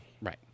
Right